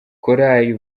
korali